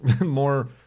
more